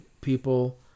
people